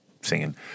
singing